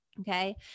okay